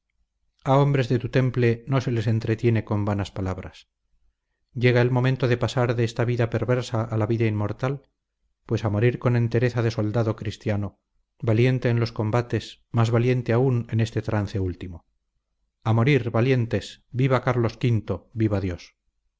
a hombres de tu temple no se les entretiene con vanas palabras llega el momento de pasar de esta vida perversa a la vida inmortal pues a morir con entereza de soldado cristiano valiente en los combates más valiente aún en este trance último a morir valientes viva carlos v viva dios